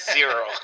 Zero